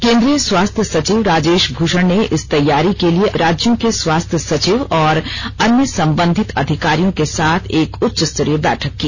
केंद्रीय स्वास्थ्य सचिव राजेश भूषण ने इस तैयारी के लिए राज्यों के स्वास्थ्य सचिव और अन्य संबंधित अधिकारियों के साथ एक उच्च स्तरीय बैठक की